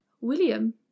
William